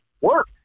work